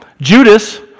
Judas